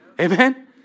Amen